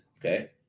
Okay